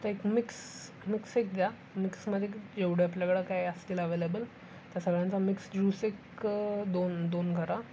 तर एक mix mix एक द्या मिक्समध्ये एवढे आपल्याकडं काय असतील अवेलेबल त्या सगळ्यांचा मिक्स ज्यूस एक दोन दोन करा